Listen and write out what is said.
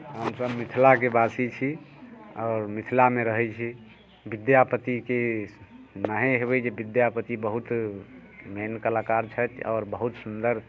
हमसब मिथिलाके बासी छी आओर मिथिलामे रहै छी विद्यापतिके सुननहे हेबै जे विद्यापति बहुत मेन कलाकार छथि आओर बहुत सुन्दर